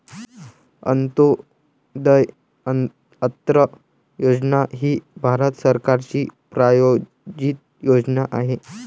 अंत्योदय अन्न योजना ही भारत सरकारची प्रायोजित योजना आहे